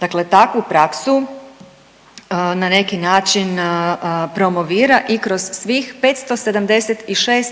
dakle takvu praksu na neki način promovira i kroz svih 576